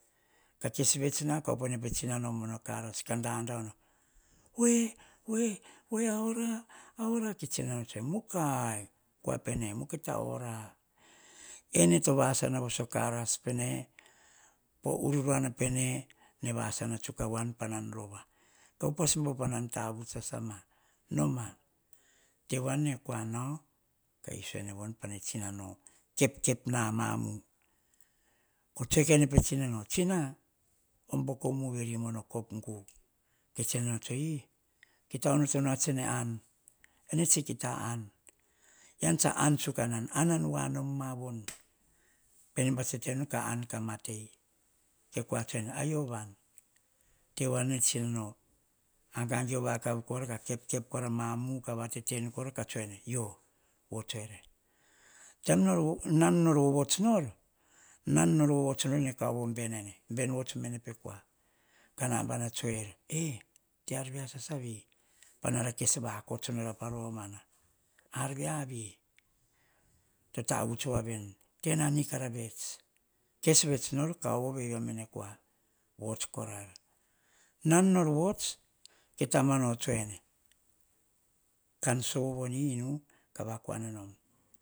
Ka kes vets nau ka op e tsinona ka daudau, we, we, we a ora, a ora ke tsinano tsu a mukai pa nan rova. ka pas bau ka tavuts sasa mukai. Mukai kua pene ene to vasana karas pene po ururuana pene kene vasana tsuk a wan. Wa pa nan rova, ka upas bau ka tavuts sasa ma tenoa na veevi ne kua. Nau kah iso ene vovi pah ne tsinano kepkep nah ah ma mu. Koh tsoe kene pe tsinano. Tsina oh boko mu vere mono kop gu. Ke tsinano tsoe ee ene to kita onotonu be ne an. Ene tsa kita an ean tsa an tsuk wan anan voa nomavoni pene pats teteno kah kah matei. Ke kua tsoe ayio van. Agaogio vakav kepkep vakav. Ah ma mu, "yio, votsoere, nan nor vavovuts nor. Kovo to ben vuts vene pe kua kah nabana tsoer, eh. Te ar via sasavi panara kes vakots nora. Ar viavi to tavuts voaveni, nikara vets, kes vets nor kauvo veiva me kua. Vuts korair, bon panor vuts tamano to tsoe ene, kan sovo en inu, ka vakuana nom.